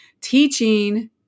teaching